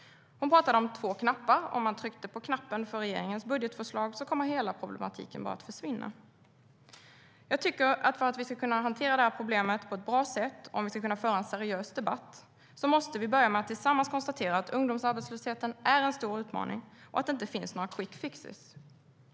Hon talade om två knappar, och om man trycker på knappen för regeringens budgetförslag kommer hela problematiken bara att försvinna. För att vi ska kunna hantera hela problemet på ett bra sätt och om vi ska kunna föra en seriös debatt måste vi börja med att tillsammans konstatera att ungdomsarbetslösheten är en stor utmaning och att det inte finns några quick fixes.